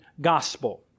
gospel